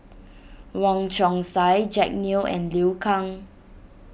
Wong Chong Sai Jack Neo and Liu Kang